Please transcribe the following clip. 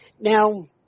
Now